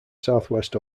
southwest